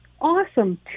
awesome